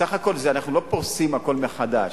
בסך הכול אנחנו לא פורסים הכול מחדש,